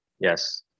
Yes